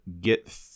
get